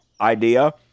idea